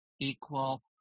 equal